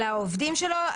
אלא על עובדים שלו,